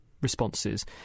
responses